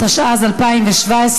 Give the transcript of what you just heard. התשע"ז 2017,